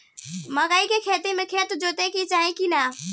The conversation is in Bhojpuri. मकई के खेती मे खेत जोतावे के चाही किना?